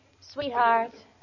Sweetheart